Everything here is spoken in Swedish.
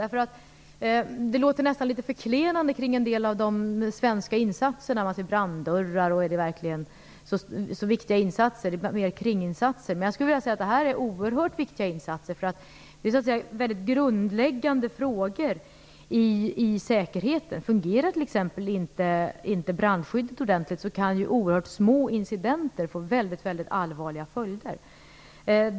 Man uttalar sig här nästan litet förklenande om en del av de svenska insatserna när man ifrågasätter om det verkligen är några viktiga insatser som görs när man håller på med branddörrar och liknande. Det verkar som om det vore något av kringinsatser. Jag skulle vilja säga att det är oerhört viktiga insatser - det är väldigt grundläggande delar av säkerheten. Fungerar inte t.ex. brandskyddet ordentligt kan ju oerhört små incidenter få väldigt allvarliga följder.